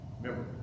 remember